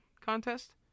contest